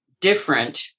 different